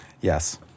Yes